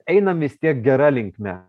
einam vis tiek gera linkme